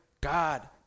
God